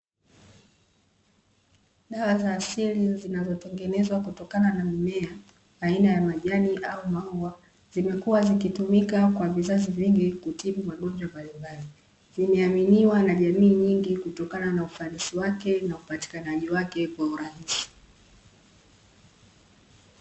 Dawa za asili zinazotengenezwa kutokana na mmea, aina ya majani au maua, zimekuwa zikitumika kwa vizazi vingi, kutibu magonjwa mbalimbali, vimeaminiwa na jamii nyingi, kutokana na ufanisi wake, na upatikanaji wake kwa urahisi.